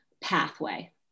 pathway